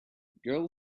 girl